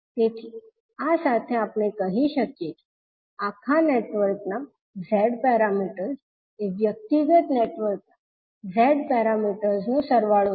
તેથી આ સાથે આપણે કહી શકીએ કે આખા નેટવર્કના z પેરામીટર્સ એ વ્યક્તિગત નેટવર્કના z પેરામીટર્સનો સરવાળો છે